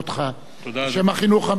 בשם החינוך המיוחד, תודה רבה.